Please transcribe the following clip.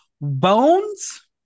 bones